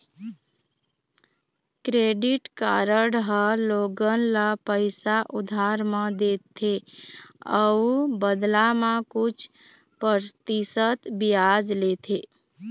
credit card ह लोगन ल पइसा उधार म देथे अउ बदला म कुछ परतिसत बियाज लेथे